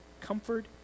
Comfort